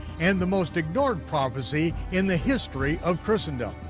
and the most ignored prophecy in the history of christendom.